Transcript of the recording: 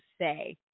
say